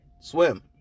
swim